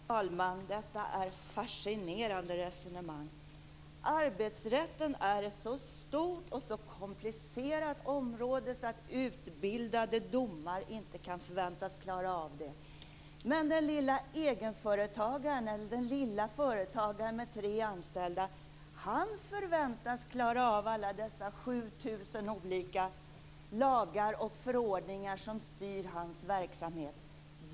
Herr talman! Detta är ett fascinerande resonemang. Arbetsrätten är ett så stort och så komplicerat område att utbildade domare inte kan förväntas klara av det. Men den lilla egenföretagaren eller den lilla företagaren med tre anställda förväntas klara av alla dessa 7 000 olika lagar och förordningar som styr hans verksamhet.